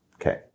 Okay